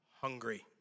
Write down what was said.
hungry